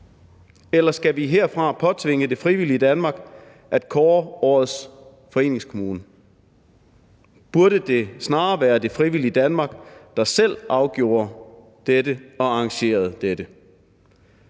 Eller skal vi herfra påtvinge det frivillige Danmark at kåre årets foreningskommune? Burde det snarere være det frivillige Danmark, der selv afgjorde dette og arrangerede dette?